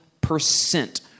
percent